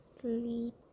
sleep